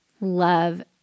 love